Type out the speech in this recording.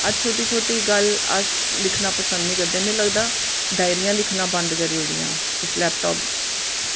अज्ज शोटी शोटी गल्ल अस लिखना पसंद निं करने हैन मीं लगदा डायरियां लिखना बंद करी ओड़ियां इस लैपटॉप